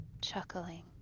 chuckling